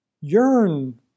yearn